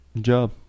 Job